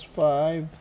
five